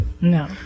No